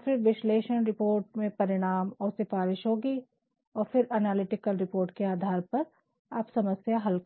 और फिर विश्लेषण रिपोर्ट में परिणाम और सिफारिश होगी और फिर एनालिटिकल रिपोर्ट के आधार पर आप समस्या का हल